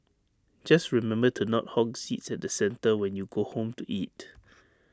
just remember to not hog seats at the centre when you go home to eat